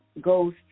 goes